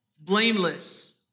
blameless